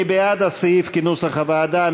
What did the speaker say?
מי בעד הסעיף כנוסח הוועדה?